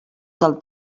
del